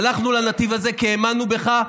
הלכנו לנתיב הזה כי האמנו בך,